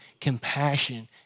compassion